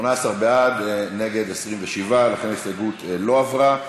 18 בעד, נגד, 27, לכן ההסתייגות לא עברה.